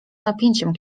napięciem